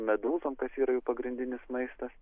medūzom kas yra jų pagrindinis maistas